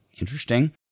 Interesting